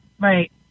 Right